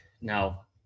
now